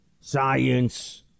science